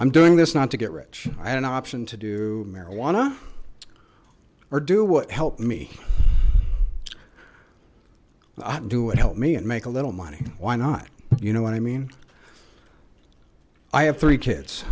i'm doing this not to get rich i had an option to do marijuana or do what helped me i do what helped me and make a little money why not you know what i mean i have three kids